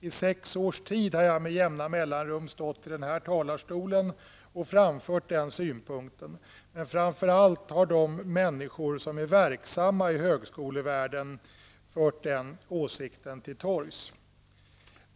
I sex års tid har jag med jämna mellanrum stått i den här talarstolen och framfört den synpunkten. Men framför allt har de människor som är verksamma i högskolevärlden fört den åsikten till torgs.